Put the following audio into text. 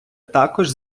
також